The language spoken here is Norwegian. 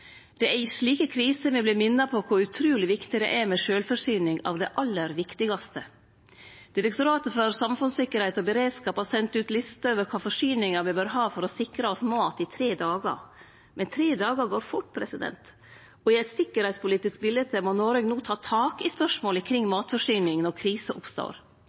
Det er i slike kriser me vert minte på kor utruleg viktig det er med sjølvforsyning av det aller viktigaste. Direktoratet for samfunnssikkerheit og beredskap har sendt ut liste over kva forsyningar me bør ha for å sikre oss mat i tre dagar, men tre dagar går fort, og i eit sikkerheitspolitisk bilete må Noreg no ta tak i spørsmålet kring matforsyning når krise oppstår.